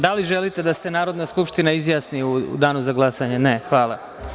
da li želite da se Narodna skupština izjasni u Danu za glasanje? (Ne.) Hvala.